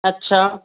अच्छा